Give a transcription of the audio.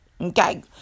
Okay